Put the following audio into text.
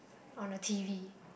on a t_v